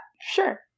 sure